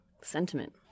sentiment